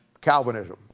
Calvinism